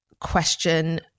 question